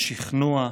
לשכנוע,